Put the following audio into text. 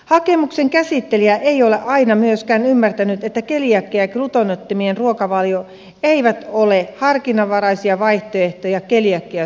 hakemuksen käsittelijä ei ole aina myöskään ymmärtänyt että keliakia ja gluteeniton ruokavalio eivät ole harkinnanvaraisia vaihtoehtoja keliakiaa sairastavalle